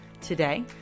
Today